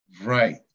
Right